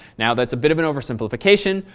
now, that's a bit of an oversimplification,